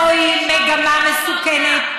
זוהי מגמה מסוכנת,